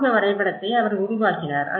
சமூக வரைபடத்தை அவர் உருவாக்கினார்